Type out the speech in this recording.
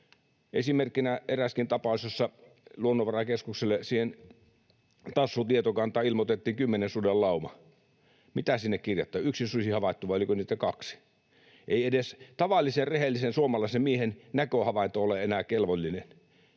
esimerkkinä eräskin tapaus, jossa Luonnonvarakeskukselle siihen Tassu-tietokantaan ilmoitettiin kymmenen suden lauma. Mitä sinne kirjattiin? Yksi susi havaittu, vai oliko niitä kaksi? Ei edes tavallisen rehellisen suomalaisen miehen näköhavainto ole enää kelvollinen,